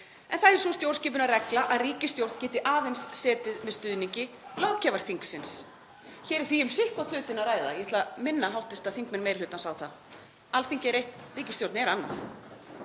en það er sú stjórnskipunarregla að ríkisstjórn geti aðeins setið með stuðningi löggjafarþingsins. Hér er því um sitt hvorn hlutinn að ræða. Ég ætla að minna hv. þingmenn meiri hlutans á það að Alþingi er eitt en ríkisstjórn annað.